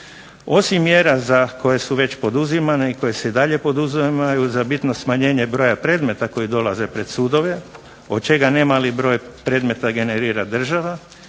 Osim mjera za koje su već poduzimane i koje se i dalje poduzimaju za bitno smanjenje broja predmeta koji dolaze pred sudove od čega nemali broj predmeta generira država